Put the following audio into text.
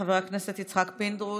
חבר הכנסת יצחק פינדרוס,